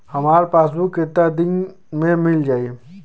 हमार पासबुक कितना दिन में मील जाई?